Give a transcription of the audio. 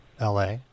la